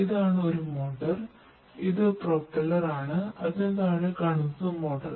ഇതാണ് ഒരു മോട്ടോർ ഇത് ഒരു പ്രൊപ്പലർ